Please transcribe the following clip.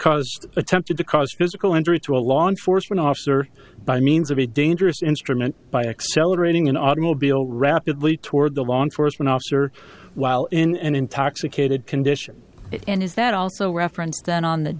cause attempted to cause physical injury to a law enforcement officer by means of a dangerous instrument by accelerating an automobile rapidly toward the law enforcement officer while in an intoxicated condition in his that also reference then on th